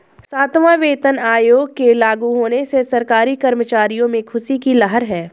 सातवां वेतन आयोग के लागू होने से सरकारी कर्मचारियों में ख़ुशी की लहर है